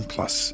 Plus